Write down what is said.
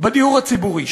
בדיור הציבורי,